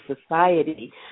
society